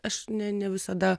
aš ne ne visada